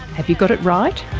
have you got it right?